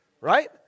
right